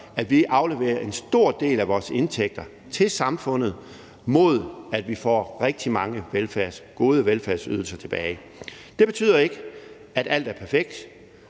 at vi afleverer en stor del af vores indtægter til samfundet, mod at vi får rigtig mange gode velfærdsydelser tilbage. Det betyder ikke, at alt er perfekt,